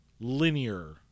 linear